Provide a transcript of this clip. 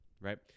right